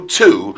two